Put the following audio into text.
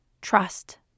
Trust